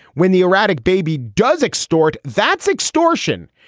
when the erratic baby does extort, that's extortion.